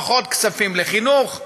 פחות כספים לחינוך,